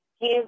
give